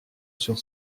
sur